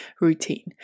routine